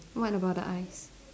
what about the eyes